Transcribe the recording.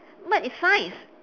but it's science